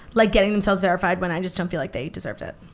like getting themselves verified when i just don't feel like they deserved it.